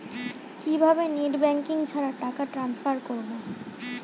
কিভাবে net banking ছাড়া টাকা টান্সফার করব?